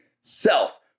self